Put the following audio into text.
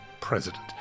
president